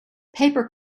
paper